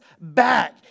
back